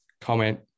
comment